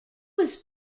was